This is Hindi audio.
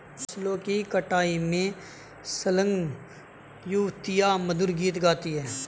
फसलों की कटाई में संलग्न युवतियाँ मधुर गीत गाती हैं